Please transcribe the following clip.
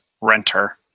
renter